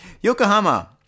Yokohama